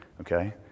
Okay